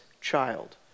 child